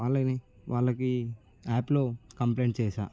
వాళ్ళని వాళ్ళకి యాప్లో కంప్లైంట్ చేసా